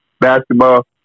Basketball